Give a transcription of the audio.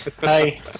Hi